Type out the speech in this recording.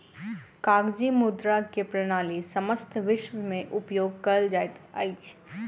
कागजी मुद्रा के प्रणाली समस्त विश्व में उपयोग कयल जाइत अछि